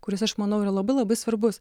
kuris aš manau yra labai labai svarbus